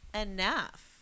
enough